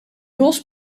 bos